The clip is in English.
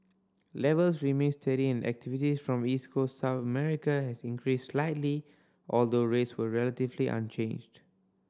levels remained steady and activity from East Coast South America has increased slightly although rates were relatively unchanged